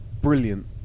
brilliant